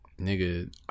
nigga